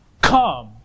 Come